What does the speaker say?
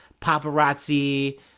paparazzi